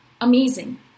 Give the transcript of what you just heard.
Amazing